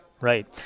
Right